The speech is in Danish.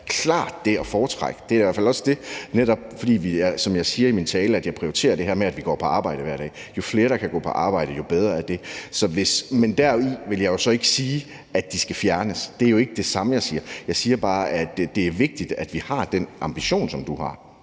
det da klart være at foretrække. Det er netop også det, jeg siger i min tale, nemlig at jeg prioriterer det her med, at vi går på arbejde hver dag. Jo flere, der kan gå på arbejde, jo bedre er det. Men dermed vil jeg jo så ikke sige, at ydelserne skal fjernes. Det er ikke det, jeg siger. Jeg siger bare, at det er vigtigt, at vi har den ambition, som du har.